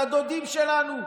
לדודים שלנו,